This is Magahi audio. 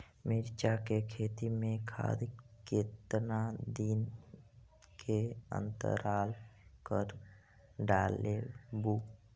मिरचा के खेत मे खाद कितना दीन के अनतराल पर डालेबु?